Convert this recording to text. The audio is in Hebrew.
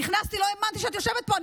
נכנסתי, לא האמנתי שאת יושבת פה.